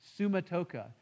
sumatoka